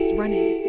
running